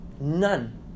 None